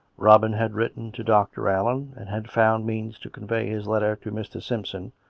robin had written to dr. allen, and had found means to convey his letter to mr. simpson,